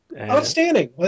Outstanding